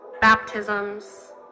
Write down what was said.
baptisms